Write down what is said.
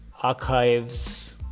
archives